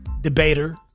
debater